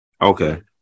Okay